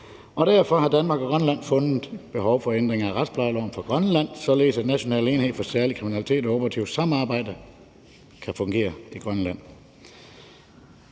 Derfor har Danmark og Grønland fundet behov for ændringer af retsplejeloven for Grønland, således at National enhed for Særlig Kriminalitet i forhold til det operative samarbejde kan fungere i Grønland.